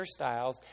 hairstyles